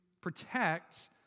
protect